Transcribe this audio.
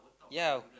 ya